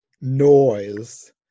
noise